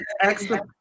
excellent